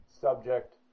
subject